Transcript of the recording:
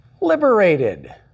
Liberated